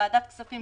לוועדת ההסכמות